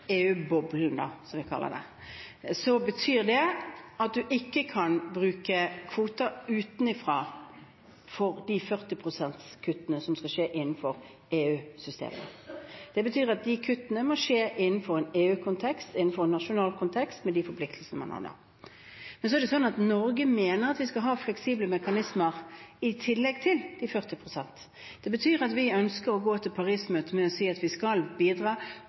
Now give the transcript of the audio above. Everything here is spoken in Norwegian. som vi kaller det, betyr det at en ikke kan bruke kvoter utenfra for de 40 pst.-kuttene som skal skje innenfor EU-systemet. Det betyr at de kuttene må tas innenfor en EU-kontekst, innenfor en nasjonal kontekst, med de forpliktelsene man har. Men så er det slik at Norge mener at vi skal ha fleksible mekanismer i tillegg til de 40 pst. Det betyr at vi ønsker å gå til Paris-møtet og si at vi skal bidra